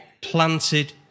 planted